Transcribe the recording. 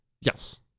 Yes